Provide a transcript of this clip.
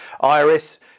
iris